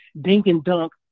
dink-and-dunk